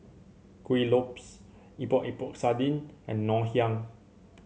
Kuih Lopes Epok Epok Sardin and Ngoh Hiang